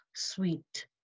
sweet